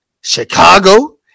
Chicago